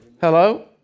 Hello